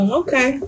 okay